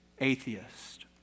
atheist